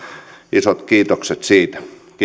isot kiitokset siitä